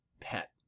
pet